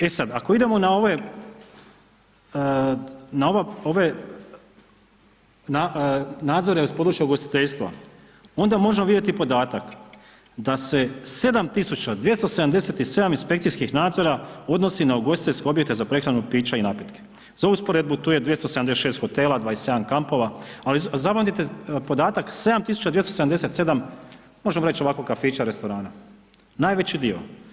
E sad ako idemo na ove, na ova, ove, nadzore iz područja ugostiteljstva onda možemo vidjeti podatak da se 7.277 inspekcijskih nadzora odnosi na ugostiteljske objekte za prehranu, piće i napitke, za usporedbu tu je 276 hotela, 27 kampova, ali zapamtite podatak 7.277 možemo reći ovako kafića, restorana, najveći dio.